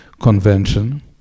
convention